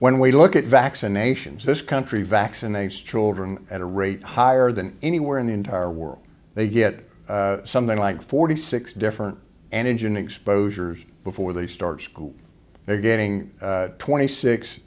when we look at vaccinations this country vaccinate children at a rate higher than anywhere in the entire world they get something like forty six different engine exposures before they start school they're getting twenty six